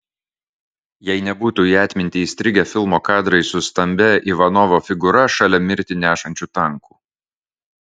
jei nebūtų į atmintį įstrigę filmo kadrai su stambia ivanovo figūra šalia mirtį nešančių tankų